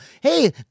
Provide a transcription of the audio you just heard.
hey